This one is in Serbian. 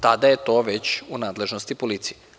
Tada je to već u nadležnosti policije.